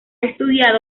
estudiado